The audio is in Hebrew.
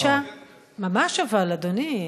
ממש אבל, אדוני.